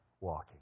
walking